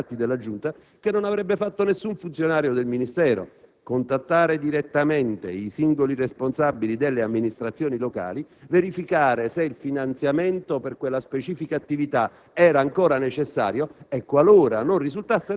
Il dottor Airoldi ha fatto qualcosa che risulta agli atti della Giunta e che non avrebbe fatto nessun funzionario del Ministero: contattare direttamente i singoli responsabili delle amministrazioni locali, verificare se il finanziamento per quella specifica attività